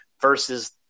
versus